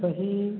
सही